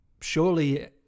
surely